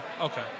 Okay